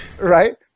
right